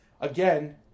again